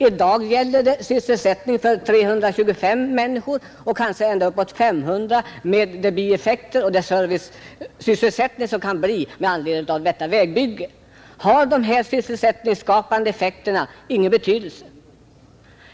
I dag gäller det sysselsättningen för 325 människor, kanske ända upp till 500 med de bieffekter och den servicesysselsättning som kan bli följden av vägbygget. Har dessa sysselsättningsskapande åtgärder ingen betydelse?